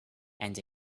and